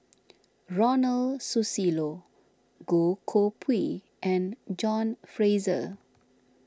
Ronald Susilo Goh Koh Pui and John Fraser